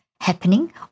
happening